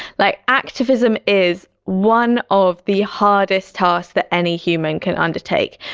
like activism is one of the hardest tasks that any human can undertake.